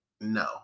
no